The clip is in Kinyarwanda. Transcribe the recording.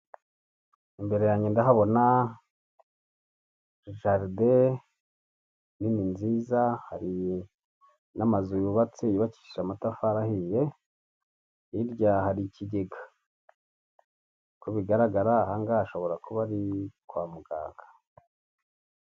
Imbere yange ndahabona jaride nini nziza, hari n'amazu yubatse; yubakishije amatafari ahiye. Hirya hari ikigega, uko bigaragara aha ngaha hashobora kuba ari kwa muganga.